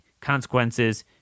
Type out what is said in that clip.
consequences